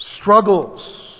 struggles